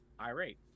irate